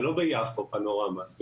זה לא ביפו פנורמה.